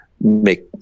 make